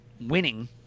winning